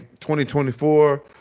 2024